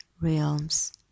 realms